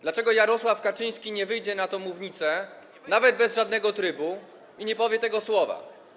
Dlaczego Jarosław Kaczyński nie wyjdzie na tę mównicę, nawet bez żadnego trybu, i nie powie tego słowa?